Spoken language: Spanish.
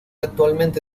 actualmente